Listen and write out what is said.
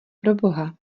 proboha